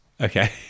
okay